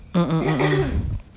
mm mm mm mm